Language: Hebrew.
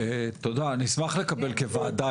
צריך לשים תקנים לפיפאס.